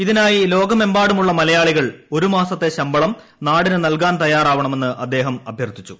ഇതിനായി ലോകമെമ്പാടുമുള്ള മലയാളികൾ ഒരുമാസത്തെ ശമ്പളം നാടിന് നൽകാൻ തയ്യാറാവണമെന്ന് അദ്ദേഹം അഭ്യർത്ഥിച്ചു